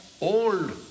old